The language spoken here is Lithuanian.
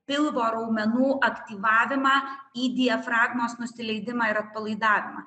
pilvo raumenų aktyvavimą į diafragmos nusileidimą ir atpalaidavimą